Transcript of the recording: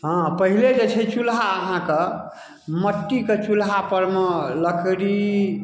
हाँ पहिले जे छै चूल्हा अहाँके मट्टीके चूल्हापर मे लकड़ी